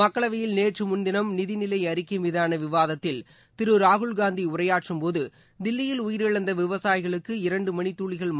மக்களவையில் நேற்றுமுன்தினம் நிதிநிலைஅறிக்கைமீதானவிவாதத்தில் திருராகுல்காந்திஉரையாற்றும் தில்லியில் உயிரிழந்தவிவசாயிகளுக்கு இரண்டுமணித்துளிகள் போது